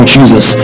Jesus